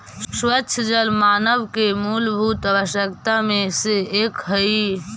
स्वच्छ जल मानव के मूलभूत आवश्यकता में से एक हई